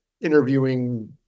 interviewing